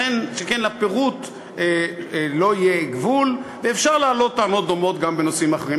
שכן לפירוט לא יהיה גבול ואפשר להעלות טענות דומות גם בנושאים אחרים.